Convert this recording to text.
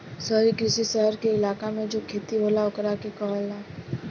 शहरी कृषि, शहर के इलाका मे जो खेती होला ओकरा के कहाला